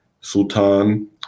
Sultan